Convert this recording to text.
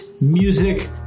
music